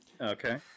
Okay